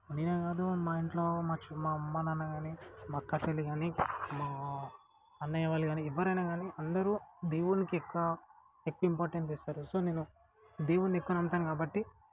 నేనే కాదు మా ఇంట్లో మా చి మా అమ్మనాన్న గానీ మా అక్క చెల్లి గానీ మా అన్నయ్య వాళ్ళు గానీ ఎవ్వరైనా గానీ అందరూ దేవునికెక్క ఎక్కువ ఇంపార్టెంట్స్ ఇస్తారు సో నేను దేవుని ఎక్కువ నమ్ముతాను కాబట్టి